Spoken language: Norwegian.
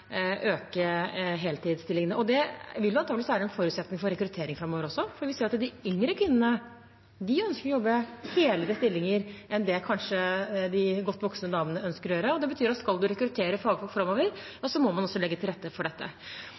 Det vil antageligvis også være en forutsetning for rekruttering framover, for man ser at de yngre kvinnene ønsker å jobbe helere stillinger enn det de godt voksne damene kanskje ønsker å gjøre. Det betyr at skal man rekruttere fagfolk framover, må man også legge til rette for dette.